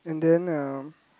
and then uh